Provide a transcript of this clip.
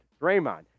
Draymond